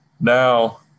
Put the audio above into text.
now